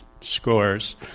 scores